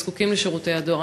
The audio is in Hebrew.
וזקוקים לשירותי הדואר.